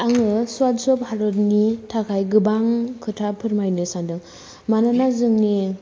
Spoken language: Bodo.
आङो स्वच्च भारतनि थाखाय गोबां खोथा फोरमायनो सांदों मानोना जोंनि